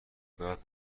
باید